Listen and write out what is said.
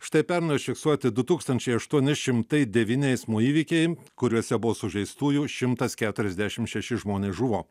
štai pernai užfiksuoti du tūkstančiai aštuoni šimtai devyni eismo įvykiai kuriuose buvo sužeistųjų šimtas keturiasdešim šeši žmonės žuvo